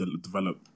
develop